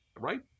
right